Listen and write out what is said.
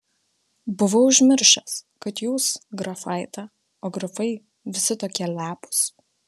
buvau užmiršęs kad jūs grafaitė o grafai visi tokie lepūs